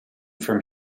from